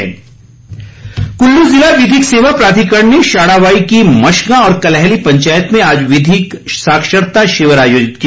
विधिक साक्षरता कुल्लू जिला विधिक सेवा प्राधिकरण ने शाढ़ाबाई की मशगां और कलैहली पंचायत में आज विधिक साक्षरता शिविर आयोजित किया